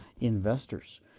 investors